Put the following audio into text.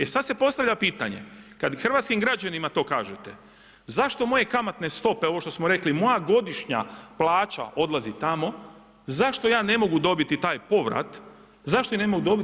E sad se postavlja pitanje kad hrvatskim građanima to kažete zašto moje kamatne stope ovo što smo rekli, moja godišnja plaća odlazi tamo, zašto ja ne mogu dobiti taj povrat, zašto ih ne mogu dobiti.